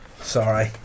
Sorry